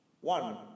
One